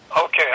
Okay